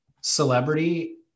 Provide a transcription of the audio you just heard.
celebrity